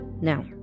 Now